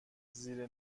زیر